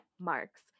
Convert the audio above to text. marks